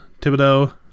Thibodeau